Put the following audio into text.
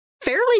fairly